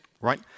Right